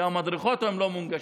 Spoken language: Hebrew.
כי המדרכות לא מונגשות.